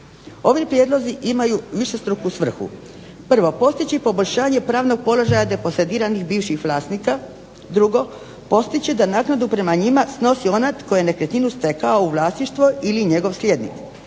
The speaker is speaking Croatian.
Ovi prijedlozi imaju višestruku svrhu. Prvo, postići poboljšanje pravnog položaja deposediranih bivših vlasnika. Drugo, postići da naknadu prema njima snosi onaj tko je nekretninu stekao u vlasništvo ili njegov slijednik.